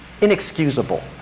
inexcusable